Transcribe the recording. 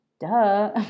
duh